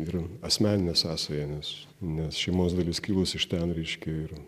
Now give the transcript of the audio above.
ir asmeninė sąsaja nes nes šeimos dalis kilusi iš ten reiškia ir